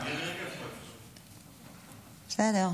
בסדר.